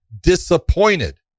disappointed